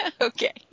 okay